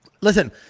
listen